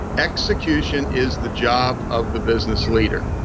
execution is the job of the business leader.